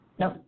no